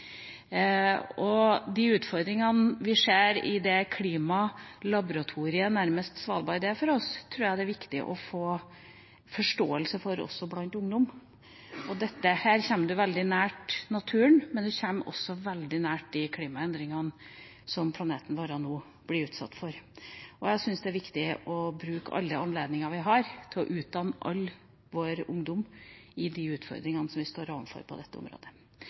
viktig å få forståelse for, også blant ungdom. Her kommer man veldig nær naturen, men man kommer også veldig nær de klimaendringene som planeten vår nå blir utsatt for. Jeg syns det er viktig å bruke alle anledninger vi har til å utdanne all vår ungdom i de utfordringene vi står overfor på dette området.